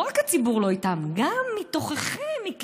לא רק הציבור לא איתכם, גם מתוככם, מקרבכם,